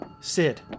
Sid